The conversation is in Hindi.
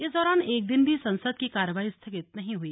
इस दौरान एक दिन भी संसद की कार्रवाई स्थगित नहीं हुई